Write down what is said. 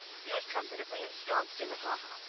he was comfortably ensconced in the ha-ha,